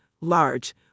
large